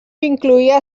incloïa